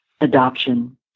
adoption